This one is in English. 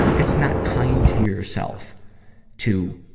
it's not kind to yourself to,